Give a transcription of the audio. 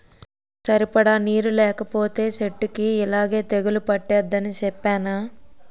సరిపడా నీరు లేకపోతే సెట్టుకి యిలాగే తెగులు పట్టేద్దని సెప్పేనా?